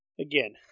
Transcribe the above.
again